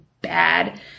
bad